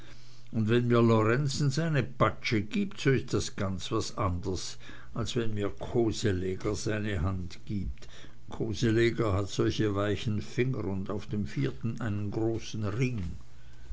und wenn mir lorenzen seine patsche gibt so ist das ganz was anders wie wenn mir koseleger seine hand gibt koseleger hat solche weichen finger und auf dem vierten einen großen ring